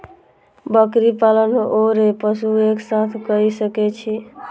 बकरी पालन ओर पशु एक साथ कई सके छी?